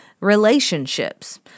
relationships